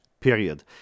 Period